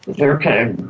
Okay